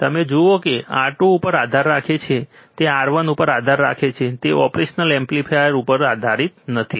તમે જુઓ છો કે તે R2 ઉપર આધાર રાખે છે તે R1 ઉપર આધાર રાખે છે તે ઓપરેશનલ એમ્પ્લીફાયર ઉપર આધારિત નથી